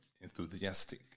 enthusiastic